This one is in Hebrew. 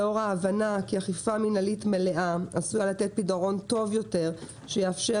לאור ההבנה כי אכיפה מינהלית מלאה עשויה לתת פתרון טוב יותר שיאפשר